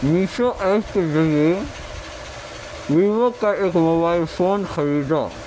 Meesho app کے ذریعے Vivo کا ایک موبائل فون خریدا